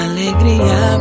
Alegria